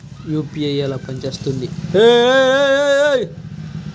UPI ఎలా పనిచేస్తుంది?